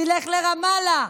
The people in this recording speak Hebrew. שילך לרמאללה.